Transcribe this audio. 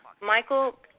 Michael